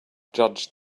judge